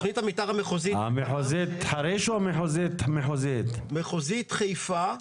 מחוזית חיפה.